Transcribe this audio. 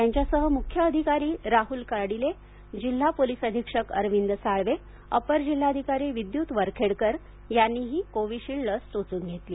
त्यांच्यासह मुख्य कार्यकारी अधिकारी राहुल कर्डिले जिल्हा पोलीस अधीक्षक अरविंद साळवे अपर जिल्हाधिकारी विद्युत वरखेडकर यांनीही कोविशिल्ड लस टोचून घेतली